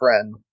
friend